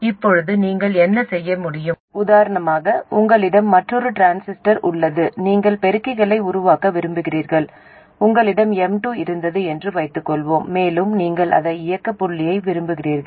இப்போது நீங்கள் என்ன செய்ய முடியும் உதாரணமாக உங்களிடம் மற்றொரு டிரான்சிஸ்டர் உள்ளது நீங்கள் பெருக்கிகளை உருவாக்க விரும்புகிறீர்கள் உங்களிடம் M2 இருந்தது என்று வைத்துக்கொள்வோம் மேலும் நீங்கள் அதே இயக்க புள்ளியை விரும்புகிறீர்கள்